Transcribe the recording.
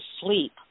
sleep